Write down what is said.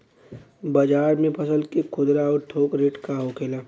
बाजार में फसल के खुदरा और थोक रेट का होखेला?